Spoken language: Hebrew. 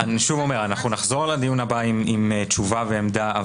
אני שוב אומר: אנחנו נחזור לדיון הבא עם תשובה ועמדה.